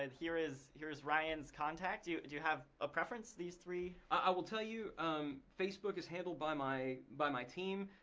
and here is here is ryan's contact. do and you have a preference, these three? i will tell you um facebook is handled by my by my team.